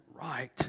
right